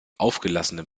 aufgelassenen